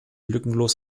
lückenlos